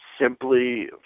simply